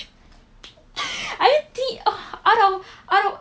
I think of I don't I don't